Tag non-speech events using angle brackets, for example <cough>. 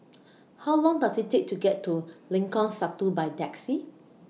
<noise> How Long Does IT Take to get to Lengkong Satu By Taxi